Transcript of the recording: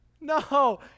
no